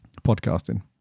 Podcasting